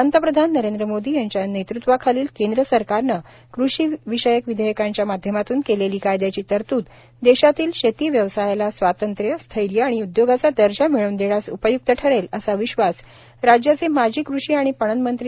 पतप्रधान नरेंद्र मोदी यांच्या नेतृत्वाखालील केंद्र सरकारने कृषी विषयक विधेयकांच्या माध्यमातून केलेली कायद्याची तरतूद देशातील शेती व्यवसायाला स्वातंत्र्यस्थैर्य आणि उद्योगाचा दर्जा मिळवून देण्यास उपय्क्त ठरेल असा विश्वास राज्याचे माजी कृषी आणि पणन मंत्री